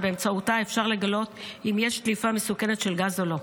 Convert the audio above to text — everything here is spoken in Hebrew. שבאמצעותה אפשר לגלות אם יש דליפה מסוכנת של גז או לא.